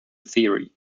theory